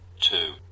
Two